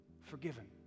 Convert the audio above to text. forgiven